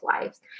lives